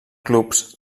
clubs